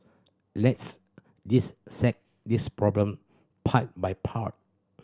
let's this problem part by part